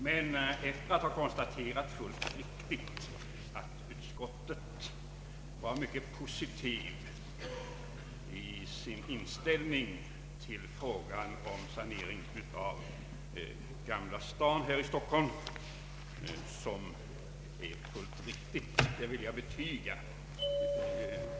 Herr Berglund konstaterade att utskottet har haft en mycket positiv inställning till frågan om sanering av Gamla Stan, och det vill jag gärna betyga.